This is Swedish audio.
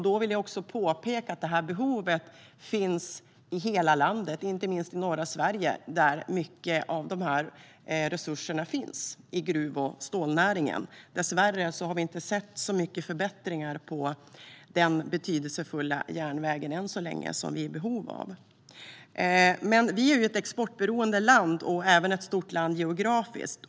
Då vill jag också påpeka att det här behovet finns i hela landet, inte minst i norra Sverige, där mycket av resurserna i gruv och stålnäringen finns. Dessvärre har vi inte sett så många förbättringar som vi är i behov av på den betydelsefulla järnvägen än så länge. Vi är ett exportberoende land och även ett stort land geografiskt.